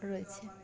রয়েছে